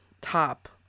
top